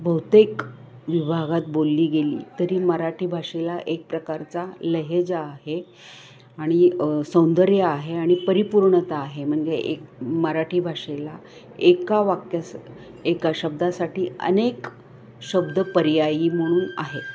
बहुतेक विभागात बोलली गेली तरी मराठी भाषेला एक प्रकारचा लहेजा आहे आणि सौंदर्य आहे आणि परिपूर्णता आहे म्हणजे एक मराठी भाषेला एका वाक्यास एका शब्दासाठी अनेक शब्द पर्यायी म्हणून आहे